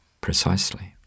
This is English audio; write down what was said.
Precisely